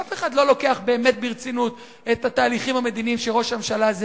אף אחד לא לוקח באמת ברצינות את התהליכים המדיניים שראש הממשלה הזה